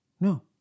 no